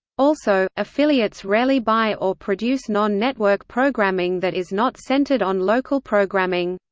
also, affiliates rarely buy or produce non-network programming that is not centered on local programming.